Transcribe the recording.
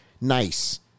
nice